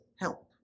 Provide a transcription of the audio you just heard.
help